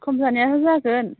खम जानायाथ' जागोन